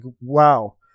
wow